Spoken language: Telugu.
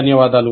ధన్యవాదాలు